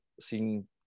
seen